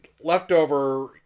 leftover